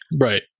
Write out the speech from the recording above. Right